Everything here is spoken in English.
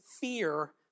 fear